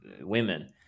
women